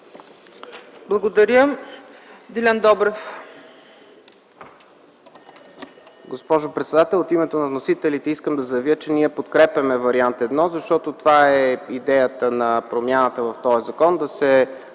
Благодаря. Делян Добрев,